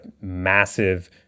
massive